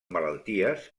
malalties